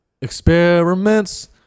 Experiments